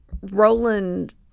Roland